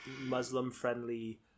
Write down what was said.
Muslim-friendly